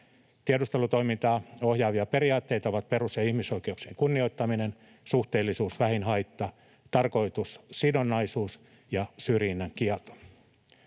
Tiedustelutoimintaa ohjaavia periaatteita ovat perus‑ ja ihmisoikeuksien kunnioittaminen, suhteellisuus, vähin haitta, tarkoitussidonnaisuus ja syrjinnän kielto.